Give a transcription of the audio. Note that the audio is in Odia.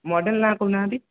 ମୋଡ଼େଲ୍ ନାଁ କହୁନାହାନ୍ତି